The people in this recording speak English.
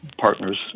partners